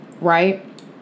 right